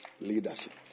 leadership